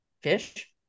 fish